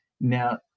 Now